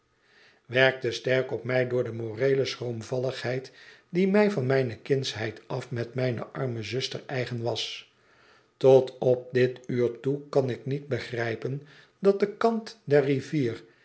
werkte sterk op mij door de moreele schroomvalligheid die mij van mijne kindsheid af met mijne arme zuster eigen was tot op dit uur toe kan ik niet begrijpen dat de kant der rivier